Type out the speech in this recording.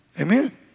Amen